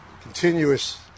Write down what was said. continuous